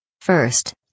First